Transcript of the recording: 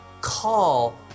call